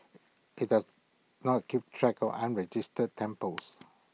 IT does not keep track of unregistered temples